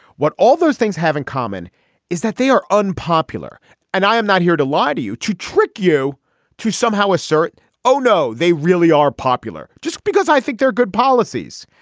what all those things have in common is that they are unpopular and i am not here to lie to you to trick you to somehow assert oh no they really are popular just because i think they are good policies.